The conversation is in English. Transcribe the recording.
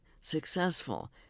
successful